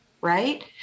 right